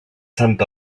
sant